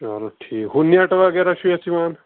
چلو ٹھیٖک ہُہ نٮ۪ٹ وغیرہ چھُ یَتھ یِوان